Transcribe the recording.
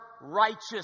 righteous